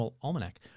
Almanac